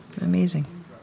Amazing